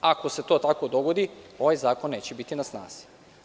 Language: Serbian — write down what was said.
Ako se to tako dogodi, ovaj zakon neće biti na snazi.